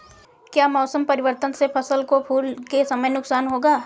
क्या मौसम परिवर्तन से फसल को फूल के समय नुकसान होगा?